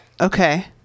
okay